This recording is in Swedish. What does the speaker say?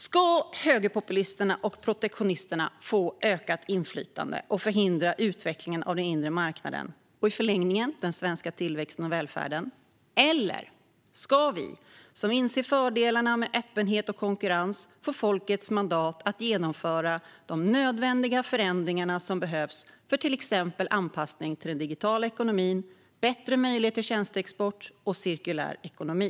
Ska högerpopulisterna och protektionisterna få ökat inflytande och förhindra utvecklingen av den inre marknaden och i förlängningen den svenska tillväxten och välfärden, eller ska vi som inser fördelarna med öppenhet och konkurrens få folkets mandat att genomföra de nödvändiga förändringar som behövs för till exempel anpassning till den digitala ekonomin, bättre möjligheter till tjänsteexport och cirkulär ekonomi?